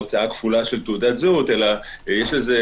להוצאה כפולה של תעודת זהות אלא יש לזה